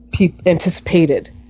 anticipated